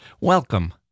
Welcome